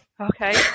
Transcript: okay